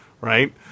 Right